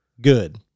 good